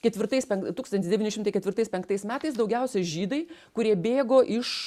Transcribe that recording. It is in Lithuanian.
ketvirtais tūkstantis devyni šimtai ketvirtais penktais metais daugiausia žydai kurie bėgo iš